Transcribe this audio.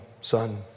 son